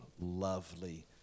lovely